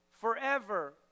forever